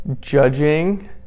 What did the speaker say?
Judging